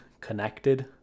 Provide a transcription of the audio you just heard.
connected